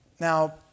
Now